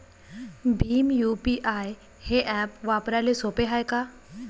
Bhim UPI हे app वापराले सोपे हाय का?